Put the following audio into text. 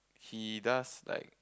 he does like